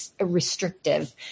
restrictive